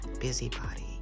busybody